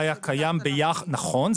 נכון,